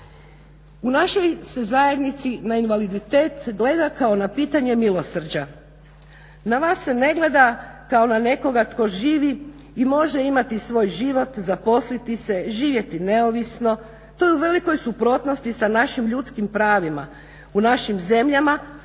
U našoj se zajednici na invaliditet gleda kao na pitanje milosrđa. Na vas se ne gleda kao na nekoga tko živi i može imati svoj život, zaposliti se, živjeti neovisno. To je u velikoj suprotnosti sa našim ljudskim pravima. U našim zemljama